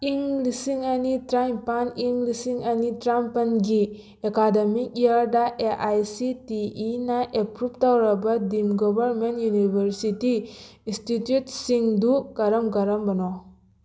ꯏꯪ ꯂꯤꯁꯤꯡ ꯑꯅꯤ ꯇꯔꯥꯅꯤꯄꯥꯟ ꯏꯪ ꯂꯤꯁꯤꯡ ꯑꯅꯤ ꯇꯔꯥꯃꯥꯄꯜꯒꯤ ꯑꯦꯀꯥꯗꯃꯤꯛ ꯏꯌꯥꯔꯗ A I C T E ꯅ ꯑꯦꯄ꯭ꯔꯨꯞ ꯇꯧꯔꯕ ꯗꯤꯝ ꯒꯚꯔꯃꯦꯟ ꯌꯨꯅꯤꯚꯔꯁꯤꯇꯤ ꯏꯟꯁꯇꯤꯇ꯭ꯌꯨꯠꯁꯤꯡꯗꯨ ꯀꯔꯝ ꯀꯔꯝꯕꯅꯣ